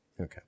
Okay